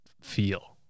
feel